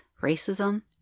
racism